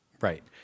Right